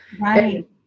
Right